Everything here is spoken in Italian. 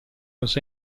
los